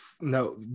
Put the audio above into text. no